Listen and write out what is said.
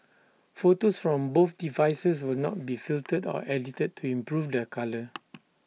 photos from both devices will not be filtered or edited to improve their colour